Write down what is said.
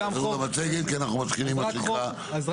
תחזרו למצגת כי אנחנו מתחילים לשקוע.